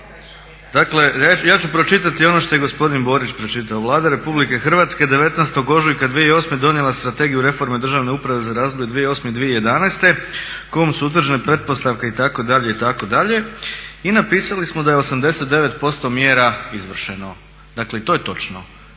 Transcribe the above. Dakle ja ću pročitati ono što je gospodin Borić pročitao. Vlada RH 19.ožujka 2008.donijela Strategiju reforme državne uprave za razdoblje 2008.-2011.kojom su utvrđene pretpostavke itd., itd. i na pisali smo da je 89% mjera izvršeno, dakle i to je točno.